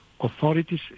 authorities